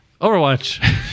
Overwatch